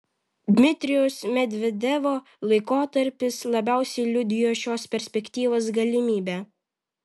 dmitrijaus medvedevo laikotarpis labiausiai liudijo šios perspektyvos galimybę